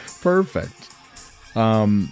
Perfect